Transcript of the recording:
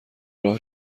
راه